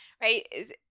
Right